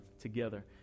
together